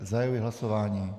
Zahajuji hlasování.